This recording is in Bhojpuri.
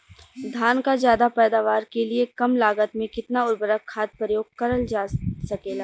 धान क ज्यादा पैदावार के लिए कम लागत में कितना उर्वरक खाद प्रयोग करल जा सकेला?